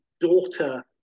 daughter